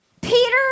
Peter